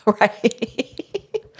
Right